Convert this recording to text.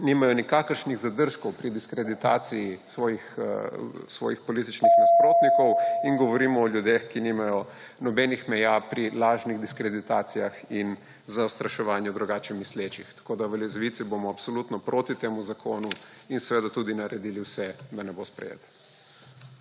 nimajo nikakršnih zadržkov pri diskreditaciji svojih političnih nasprotnikov, in govorimo o ljudeh, ki nimajo nobenih meja pri lažnih diskreditacijah in zastraševanju drugače mislečih. V Levici bomo absolutno proti temu zakon in seveda tudi naredili vse, da ne bo sprejet.